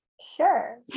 Sure